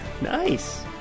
Nice